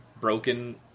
broken